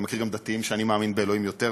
אני מכיר גם דתיים שאני מאמין באלוהים יותר מהם,